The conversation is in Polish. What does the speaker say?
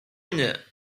mnie